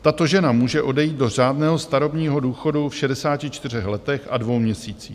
Tato žena může odejít do řádného starobního důchodu v 64 letech a dvou měsících.